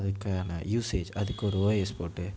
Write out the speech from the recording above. அதுக்கான யூசேஜ் அதுக்கு ஒரு ஓஎஸ் போட்டு